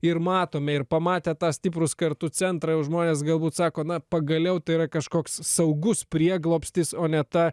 ir matome ir pamatę tą stiprūs kartu centrą jau žmonės galbūt sako na pagaliau tai yra kažkoks saugus prieglobstis o ne ta